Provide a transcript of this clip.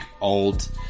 old